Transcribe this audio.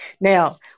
Now